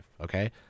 Okay